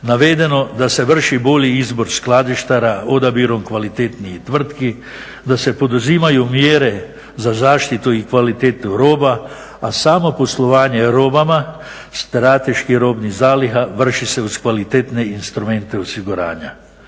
navedeno da se vrši bolji izbor skladištara odabirom kvalitetnijih tvrtki, da se poduzimaju mjere za zaštitu i kvalitetu roba, a samo poslovanje robama strateških robnih zaliha vrši se uz kvalitetne instrumente osiguranja.